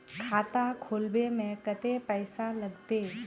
खाता खोलबे में कते पैसा लगते?